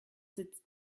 sitzt